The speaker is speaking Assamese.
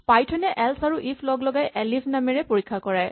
পাইথন এ এল্চ আৰু ইফ লগলগাই এলিফ নামেৰে পৰীক্ষা কৰায়